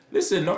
Listen